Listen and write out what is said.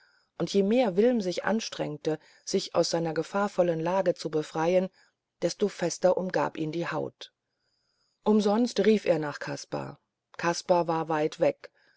und je mehr wilm sich anstrengte sich aus seiner gefahrvollen lage zu befreien desto fester umgab ihn die haut umsonst rief er nach kaspar verzog kaspar war weit weg